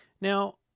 Now